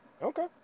Okay